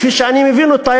כפי שאני מבין אותה,